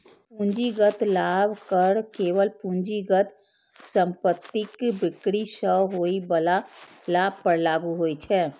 पूंजीगत लाभ कर केवल पूंजीगत संपत्तिक बिक्री सं होइ बला लाभ पर लागू होइ छै